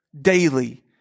Daily